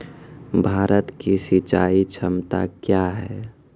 भारत की सिंचाई क्षमता क्या हैं?